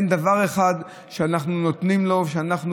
אין דבר אחד שאנחנו נותנים לו או שאנחנו